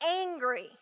Angry